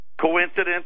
Coincidence